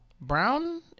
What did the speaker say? Brown